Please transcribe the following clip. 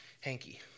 hanky